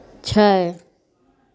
छै